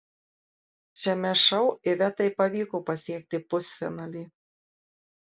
šiame šou ivetai pavyko pasiekti pusfinalį